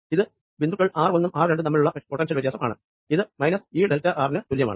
ഇത് പോയിന്റുകൾ ആർ ഒന്നും ആർ രണ്ടും തമ്മിലുള്ള പൊട്ടൻഷ്യൽ വ്യത്യാസം ആണ് ഇത് മൈനസ് ഈ ഡെൽറ്റ ആർ നു തുല്യമാണ്